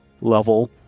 level